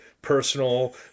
Personal